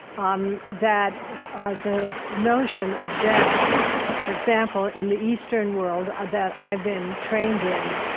um that the notion of death for example, in the eastern world ah that i've been trained in,